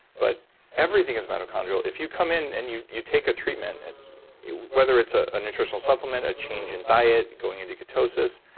but everything is mitochondrial. if you come in and you you take a treatment whether it's ah a nutritional supplement, a change in diet, going into ketosis,